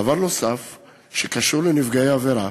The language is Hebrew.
דבר נוסף שקשור לנפגעי עבירה,